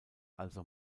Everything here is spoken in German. also